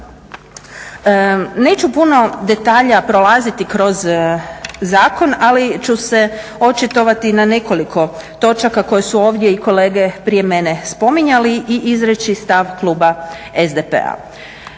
Neću puno detalja prolaziti kroz zakon ali ću se očitovati na nekoliko točaka koje su ovdje i kolege prije mene spominjali i izreći stav kluba SDP-a.